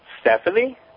Stephanie